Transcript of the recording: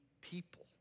people